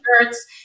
shirts